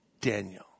Daniel